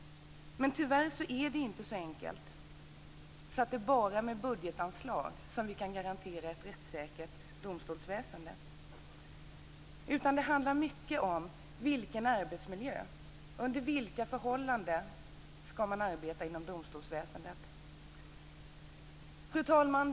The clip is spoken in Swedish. Men tyvärr är det inte så enkelt att det bara är med budgetanslag som vi kan garantera ett rättssäkert domstolsväsende, utan det handlar mycket om i vilken arbetsmiljö och under vilka förhållanden som man skall arbeta inom domstolsväsendet. Fru talman!